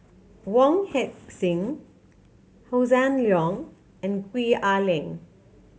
Wong Heck Sing Hossan Leong and Gwee Ah Leng